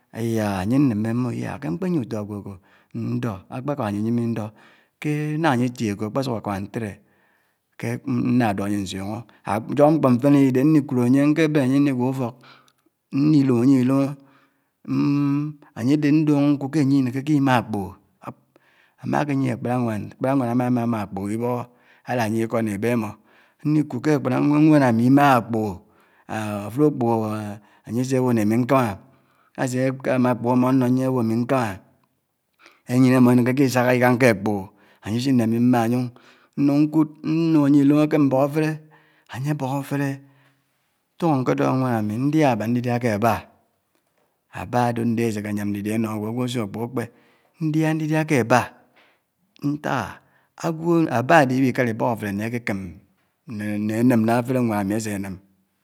iyáh! Ányè ámèmmè ámi mbè iyáh kè mmkpè nié utó ágwò akó ndó ákpè kàp nyinymè indó kè ná ányè átiè ákò ákpèsuk ákámá ntèaè kè nnå dó ányè nsiònhò. Áyòhò mkpó mfén ádidè ndi k'ud ányè nkè bèn ányè ndigwó ufòk ndi lòmò ányè idòmò ányè dè nlòngò nkud ányè di kè ányè idèkèkè imá ákpògò ámá ákè niè ákpárá wàn ákpárá wàn ámá mà mà ákpògò, ibòhò álá ne ikò né ébè ámò. Ndí k'ud ké ákpárá wàn ámi imàghà ákpògò. Áfudò ákpògò ányè sè bò nè ámi nkámá ásè ákámá ákpògò ámò ánnò nien ábo ámi nkámá áyén ámò inèkèkè isiàhà ikàng kè ákpògò ányè sin nè ámi mmá ányè nuk nkud nlòmó ányè ilòmò kè mbòk áfèrè ányè bòk áfèrè, tóngò nkè dó nwàn ámi ndáhà ábá ndidiá kè á bar á bar ádè nde esèkò éyàm ndidiá énò ágwò ágwò ásiò ákpògò ákpè ndiáhá ndidiá kè á bar ntàk á ágwò á bar ádè ibíkárá ibòk áfèrè nè ákè kèm nè nè ánèm náhá áfèrè nwàn ámi ásè nèm.